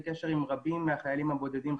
אנחנו ראינו אותה בתקופת הקורונה עם הרבה מאוד חיילים.